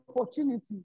opportunity